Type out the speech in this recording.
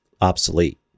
obsolete